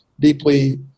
deeply